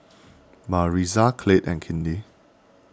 Maritza Clyde and Kinley